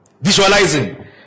Visualizing